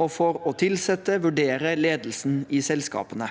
og for å tilsette og vurdere ledelsen i selskapene.